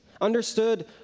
understood